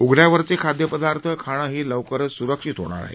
उघड्यावरचे खाद्यपदार्थ खाणंही लवकरच स्रक्षित होणार आहे